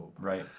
Right